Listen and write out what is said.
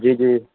जी जी